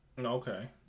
Okay